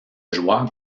joueur